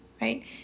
right